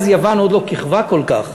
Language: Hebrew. אז יוון עוד לא כיכבה כל כך,